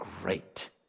great